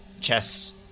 Chess